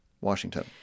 Washington